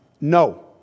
no